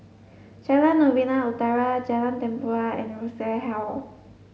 Jalan Novena Utara Jalan Tempua and Rosas Hall